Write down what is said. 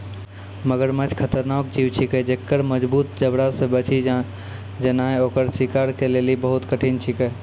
मगरमच्छ खतरनाक जीव छिकै जेक्कर मजगूत जबड़ा से बची जेनाय ओकर शिकार के लेली बहुत कठिन छिकै